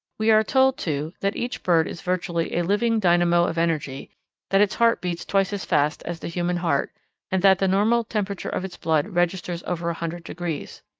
we are told, too, that each bird is virtually a living dynamo of energy that its heart beats twice as fast as the human heart and that the normal temperature of its blood registers over a hundred degrees.